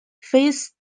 face